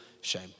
shame